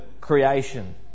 creation